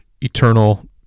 eternal